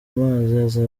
amazi